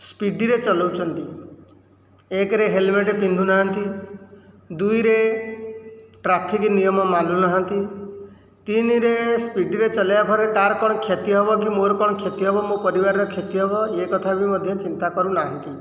ସ୍ପୀଡିରେ ଚଲାଉଛନ୍ତି ଏକରେ ହେଲମେଟ ପିନ୍ଧୁନାହାନ୍ତି ଦୁଇରେ ଟ୍ରାଫିକ ନିୟମ ମାନୁନାହାନ୍ତି ତିନିରେ ସ୍ପୀଡିରେ ଚଲାଇବା ଫଳରେ କାହାର କ'ଣ କ୍ଷତି ହେବ କି ମୋ'ର କ'ଣ କ୍ଷତି ହେବ ମୋ' ପରିବାରର କ୍ଷତି ହେବ ଏ କଥା ବି ମଧ୍ୟ ଚିନ୍ତା କରୁନାହାନ୍ତି